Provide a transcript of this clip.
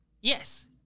Yes